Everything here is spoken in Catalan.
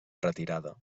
retirada